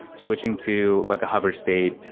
switching to like a hover state,